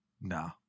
Nah